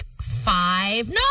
five